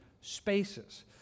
spaces